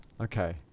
Okay